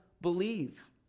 believe